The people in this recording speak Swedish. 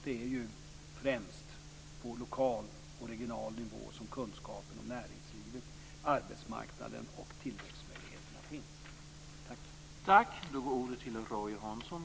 Det är ju främst på lokal och regional nivå som kunskapen om näringslivet, arbetsmarknaden och tillväxtmöjligheterna finns.